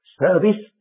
service